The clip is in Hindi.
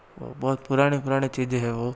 बहुत पुरानी पुरानी चीज़ें हैं वो